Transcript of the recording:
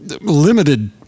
limited